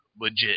legit